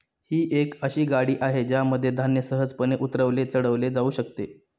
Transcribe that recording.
ही एक अशी गाडी आहे ज्यामध्ये धान्य सहजपणे उतरवले चढवले जाऊ शकते